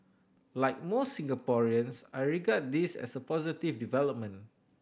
like most Singaporeans I regard this as a positive development